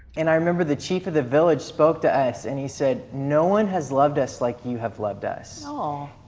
and i remember the chief of the village spoke to us, and he said no one has loved us like you have loved us. aw.